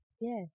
Yes